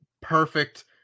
perfect